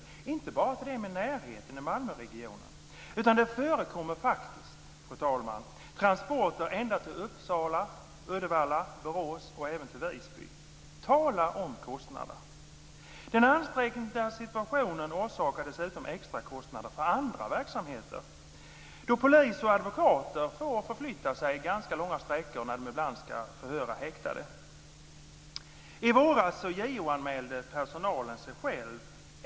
Hon ringer inte bara till dem i närheten - i Malmöregionen - utan det förekommer faktiskt, fru talman, transporter ända till Uppsala, Uddevalla, Borås och även till Visby. Tala om kostnader! Den ansträngda situationen orsakar dessutom extrakostnader för andra verksamheter, då polis och advokater ibland får förflytta sig ganska långa sträckor när de ska förhöra häktade. I våras JO-anmälde personalen sig själv.